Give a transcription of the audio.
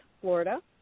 Florida